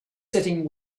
sitting